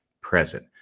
present